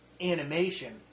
animation